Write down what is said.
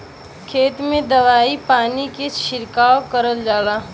खेत में दवाई पानी के छिड़काव करल जाला